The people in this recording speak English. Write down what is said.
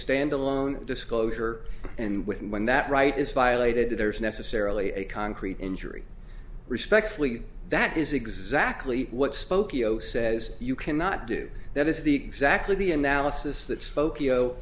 stand alone disclosure and with when that right is violated there is necessarily a concrete injury respectfully that is exactly what spokeo says you cannot do that is the exactly the analysis that spoke